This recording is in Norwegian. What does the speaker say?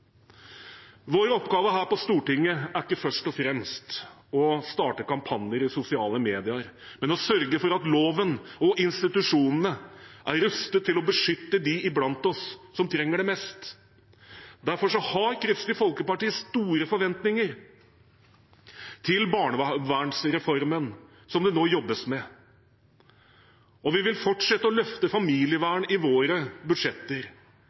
Vår oppgave her på Stortinget er ikke først og fremst å starte kampanjer i sosiale medier, men å sørge for at loven og institusjonene er rustet til å beskytte dem blant oss som trenger det mest. Derfor har Kristelig Folkeparti store forventninger til barnevernsreformen som det nå jobbes med. Vi vil fortsette å løfte familievern i våre budsjetter.